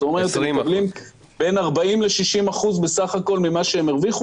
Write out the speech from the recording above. זה אומר שהם מקבילים 40% 60% ממה שהם הרוויחו